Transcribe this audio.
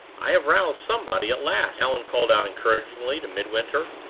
i have roused somebody at last, allan called out, encouragingly, to midwinter,